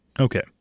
Okay